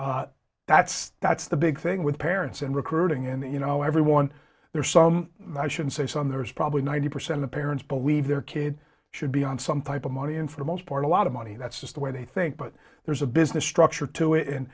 so that's that's the big thing with parents and recruiting and you know everyone there's some i should say some there's probably ninety percent of parents believe their kid should be on some type of money and for the most part a lot of money that's just the way they think but there's a business structure to it and